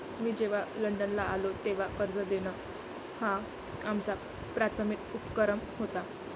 मी जेव्हा लंडनला आलो, तेव्हा कर्ज देणं हा आमचा प्राथमिक उपक्रम होता